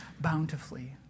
bountifully